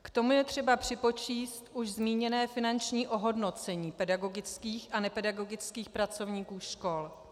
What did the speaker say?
K tomu je třeba připočíst už zmíněné finanční ohodnocení pedagogických a nepedagogických pracovníků škol.